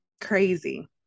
Crazy